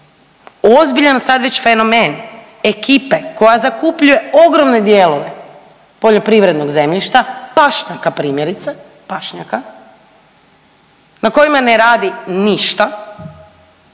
ozbiljan sad već fenomen ekipe koja zakupljuje ogromne dijelove poljoprivrednog zemljišta, pašnjaka primjerice, pašnjaka, na kojima ne radi ništa,